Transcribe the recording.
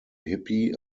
hippie